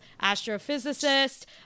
astrophysicist